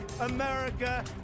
America